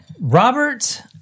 Robert